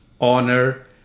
honor